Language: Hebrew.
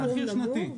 מחיר שנתי.